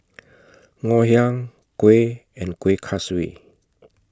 Ngoh Hiang Kuih and Kueh Kaswi